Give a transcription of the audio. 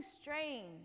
strange